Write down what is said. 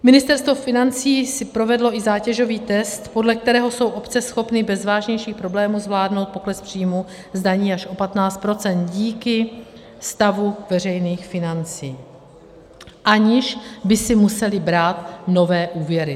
Ministerstvo financí si provedlo i zátěžový test, podle kterého jsou obce schopny bez vážnějších problémů zvládnout pokles z příjmů z daní až o 15 % díky stavu veřejných financí, aniž by si musely brát nové úvěry.